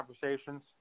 conversations